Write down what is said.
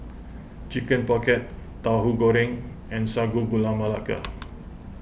Chicken Pocket Tauhu Goreng and Sago Gula Melaka